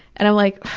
and i'm like,